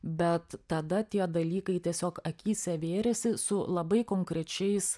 bet tada tie dalykai tiesiog akyse vėrėsi su labai konkrečiais